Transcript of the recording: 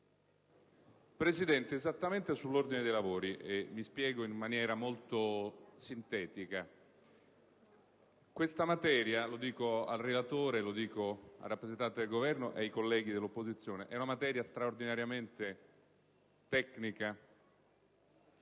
Presidente, intendo intervenire sull'ordine dei lavori. Mi spiego in maniera molto sintetica. Questa materia - lo dico al relatore, al rappresentante del Governo e ai colleghi dell'opposizione - è straordinariamente tecnica